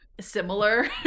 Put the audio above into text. similar